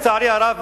לצערי הרב,